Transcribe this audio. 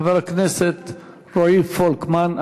חבר הכנסת רועי פולקמן,